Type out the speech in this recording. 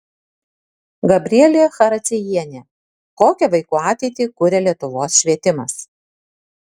gabrielė characiejienė kokią vaikų ateitį kuria lietuvos švietimas